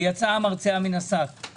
יצא המרצע מן השק.